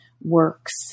works